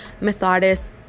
Methodist